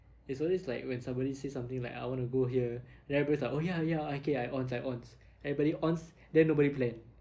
it's always like when somebody says something like I want to go here then everybody is like oh ya ya okay I ons I ons everybody ons then nobody plan